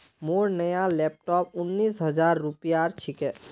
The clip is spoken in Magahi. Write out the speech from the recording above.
मोर नया लैपटॉप उन्नीस हजार रूपयार छिके